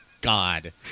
God